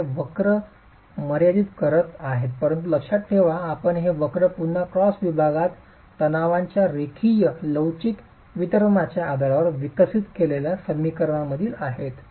तर हे वक्र मर्यादित करत आहेत परंतु लक्षात ठेवा आपण हे वक्र पुन्हा क्रॉस विभागात तणावांच्या रेखीय लवचिक वितरणाच्या आधारावर विकसित केलेल्या समीकरणांमधील आहेत